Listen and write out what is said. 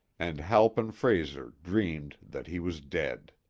and halpin frayser dreamed that he was dead.